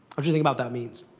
um to think about that means.